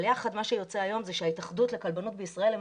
אבל מה שיוצא היום זה שההתאחדות לכלבנות בישראל הם